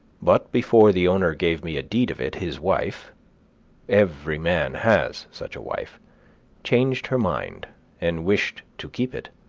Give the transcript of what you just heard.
but before the owner gave me a deed of it, his wife every man has such a wife changed her mind and wished to keep it,